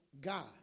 God